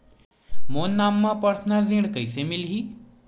मोर नाम म परसनल ऋण कइसे मिलही?